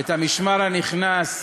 את המשמר הנכנס,